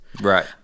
Right